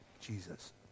Jesus